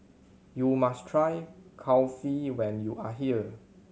you must try Kulfi when you are here